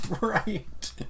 Right